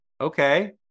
okay